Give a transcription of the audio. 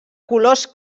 colors